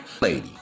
lady